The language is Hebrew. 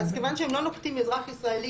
אז מכיוון שהם לא כותבים "אזרח ישראלי",